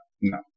No